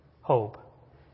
hope